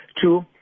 Two